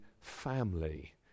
family